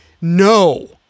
No